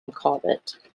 corbett